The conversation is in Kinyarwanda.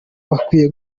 bakwiye